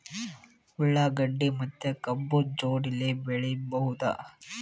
ಉಳ್ಳಾಗಡ್ಡಿ ಮತ್ತೆ ಕಬ್ಬು ಜೋಡಿಲೆ ಬೆಳಿ ಬಹುದಾ?